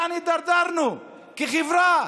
לאן הידרדרנו כחברה